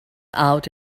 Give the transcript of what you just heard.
out